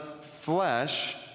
flesh